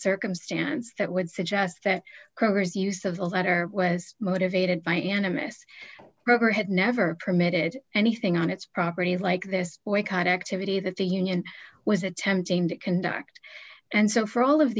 circumstance that would suggest that kroger's use of the letter was motivated by anonymous program had never permitted anything on its property like this boycott activity that the union was attempting to conduct and so for all of